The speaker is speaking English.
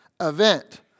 event